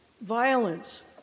Violence